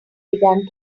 began